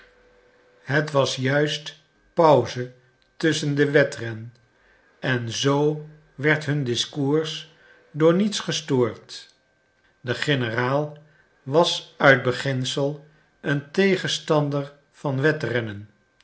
het was juist pauze tusschen den wedren en zoo werd hun discours door niets gestoord de generaal was uit beginsel een tegenstander van wedrennen